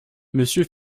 monsieur